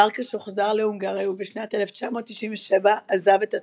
פרקש הוחזר להונגריה ובשנת 1997 עזב את הצבא.